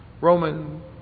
Roman